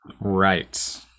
right